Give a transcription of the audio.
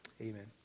Amen